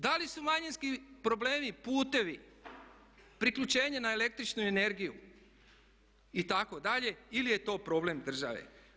Da li su manjinski problemi putevi priključenje na električnu energiju itd. ili je to problem države.